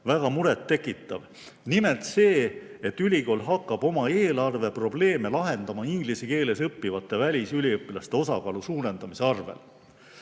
väga muret tekitav. Nimelt see, et ülikool hakkab oma eelarveprobleeme lahendama inglise keeles õppivate välisüliõpilaste osakaalu suurendamise abil.